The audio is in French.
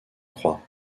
croix